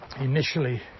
initially